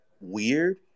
weird